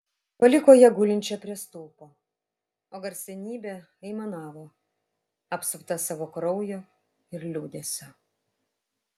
paliko ją gulinčią prie stulpo o garsenybė aimanavo apsupta savo kraujo ir liūdesio